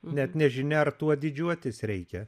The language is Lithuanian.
net nežinia ar tuo didžiuotis reikia